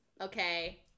okay